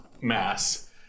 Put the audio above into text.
mass